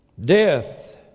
Death